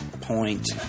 point